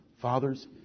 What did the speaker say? Father's